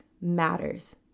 matters